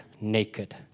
naked